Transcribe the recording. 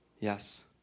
Yes